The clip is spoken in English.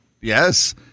Yes